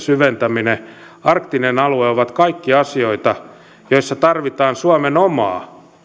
sen syventäminen arktinen alue ovat kaikki asioita joissa tarvitaan paitsi suomen omaa